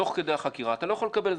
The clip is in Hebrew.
תוך כדי החקירה אתה לא יכול לקבל את זה,